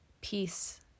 peace